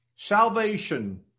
salvation